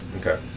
Okay